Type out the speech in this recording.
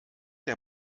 der